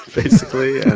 basically. and